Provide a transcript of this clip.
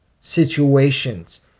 situations